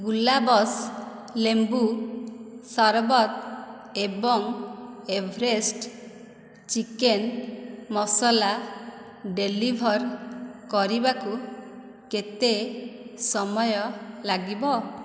ଗୁଲାବ୍ସ୍ ଲେମ୍ବୁ ସରବତ ଏବଂ ଏଭରେଷ୍ଟ ଚିକେନ୍ ମସଲା ଡେଲିଭର୍ କରିବାକୁ କେତେ ସମୟ ଲାଗିବ